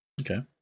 Okay